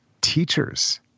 teachers